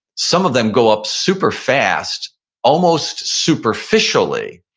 some of them go up super fast almost superficially,